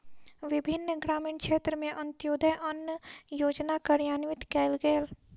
विभिन्न ग्रामीण क्षेत्र में अन्त्योदय अन्न योजना कार्यान्वित कयल गेल